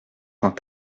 dans